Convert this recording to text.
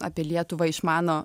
apie lietuvą išmano